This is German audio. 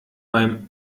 beim